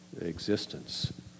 existence